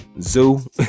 Zoo